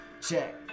Check